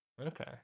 Okay